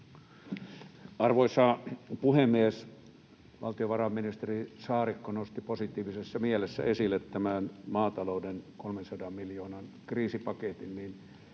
Arvoisa puhemies! Kun valtiovarainministeri Saarikko nosti positiivisessa mielessä esille tämän maatalouden 300 miljoonan kriisipaketin,